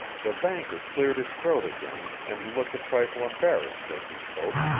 the banker cleared his throat again, and looked a trifle embarrassed as he spoke.